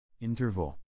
Interval